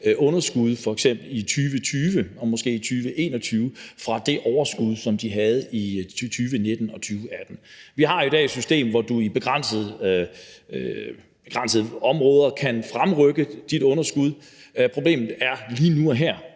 f.eks. i 2020 og måske i 2021, fra det overskud, som de havde i 2018 og 2019. Vi har i dag et system, hvor du i begrænset omfang kan fremrykke dit underskud. Problemet er lige nu og her,